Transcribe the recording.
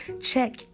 Check